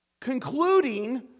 Concluding